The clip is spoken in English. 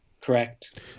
correct